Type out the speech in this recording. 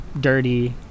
dirty